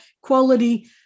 quality